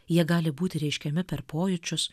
jie gali būti reiškiami per pojūčius